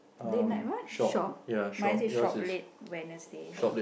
late night what shop my said shop late Wednesday